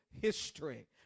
history